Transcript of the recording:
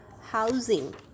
housing